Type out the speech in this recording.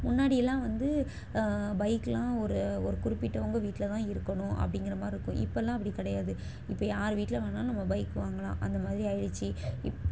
முன்னாடி எல்லாம் வந்து பைகெல்லாம் ஒரு ஒரு குறிப்பிட்டவங்க வீட்டில் தான் இருக்கணும் அப்படிங்குற மாதிரி இருக்குது இப்பெல்லாம் அப்படி கிடையாது இப்போ யார் வீட்டில் வேணாலும் நம்ம பைக் வாங்கலாம் அந்த மாதிரி ஆகிடுச்சி இப்